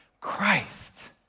Christ